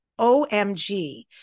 OMG